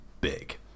big